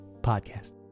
Podcast